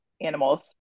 animals